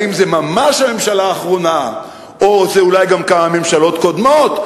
האם זה ממש הממשלה האחרונה או אולי גם כמה ממשלות קודמות,